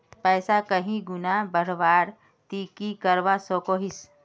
पैसा कहीं गुणा बढ़वार ती की करवा सकोहिस?